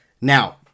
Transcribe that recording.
Now